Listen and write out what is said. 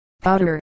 powder